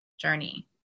journey